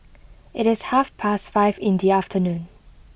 it is half past five in the afternoon